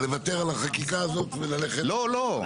לוותר על החקיקה הזאת וללכת --- לא, לא.